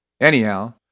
Anyhow